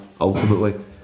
ultimately